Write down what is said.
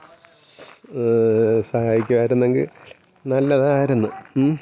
സഹായിക്കുമായിരുന്നെങ്കിൽ നല്ലതായിരുന്നു